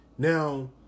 Now